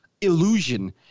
illusion